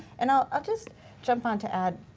and i'll i'll just jump on to add,